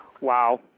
Wow